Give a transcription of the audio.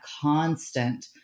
constant